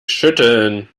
schütteln